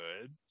good